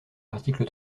l’article